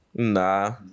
Nah